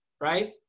right